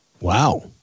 Wow